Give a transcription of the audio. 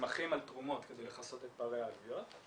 נסמכים על תרומות כדי לכסות את פערי העלויות.